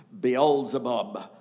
Beelzebub